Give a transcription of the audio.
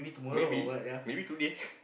maybe maybe today